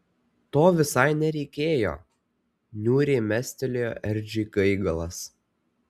to visai nereikėjo niūriai mestelėjo edžiui gaigalas